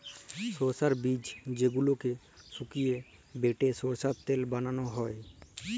সরষার বীজ যেগলাকে সুকাই বাঁটে সরষার তেল বালাল হ্যয়